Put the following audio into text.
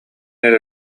эрэ